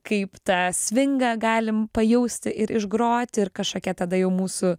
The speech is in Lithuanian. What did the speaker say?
kaip tą svingą galim pajausti ir išgrot ir kažkokie tada jau mūsų